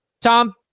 tom